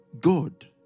God